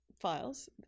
files